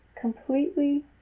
completely